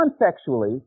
non-sexually